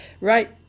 right